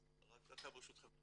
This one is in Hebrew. אז רק דקה ברשותכם.